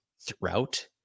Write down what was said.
throughout